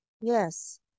yes